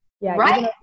right